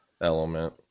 element